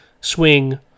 swing